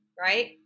right